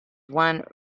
one